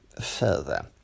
further